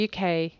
UK